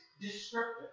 descriptive